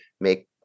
make